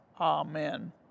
Amen